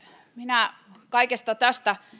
minä kaikesta tästä